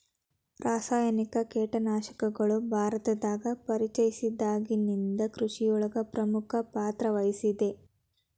ರಾಸಾಯನಿಕ ಕೇಟನಾಶಕಗಳು ಭಾರತದಾಗ ಪರಿಚಯಸಿದಾಗನಿಂದ್ ಕೃಷಿಯೊಳಗ್ ಪ್ರಮುಖ ಪಾತ್ರವಹಿಸಿದೆ